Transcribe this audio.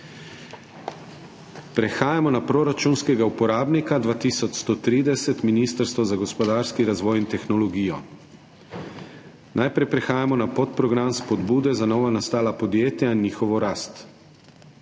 Prehajamo na proračunskega uporabnika 2130 Ministrstvo za gospodarski razvoj in tehnologijo. Najprej prehajamo na podprogram Spodbude za novonastala podjetja in njihovo rast.